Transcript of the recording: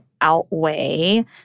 outweigh